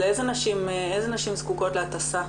איזה נשים זקוקות להטסה?